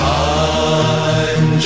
time